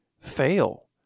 fail